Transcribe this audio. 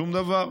שום דבר.